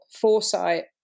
Foresight